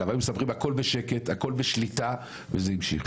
היו מספרים שהכול שקט והכל בשליטה, אבל זה המשיך.